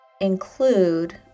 include